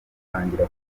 dutangira